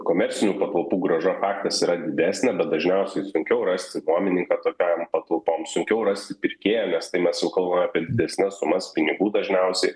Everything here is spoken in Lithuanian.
komercinių patalpų grąža faktas yra didesnė bet dažniausiai sunkiau rasti nuomininką tokiam patalpom sunkiau rasti pirkėją nes tai mes jau kalbam apie didesnes sumas pinigų dažniausiai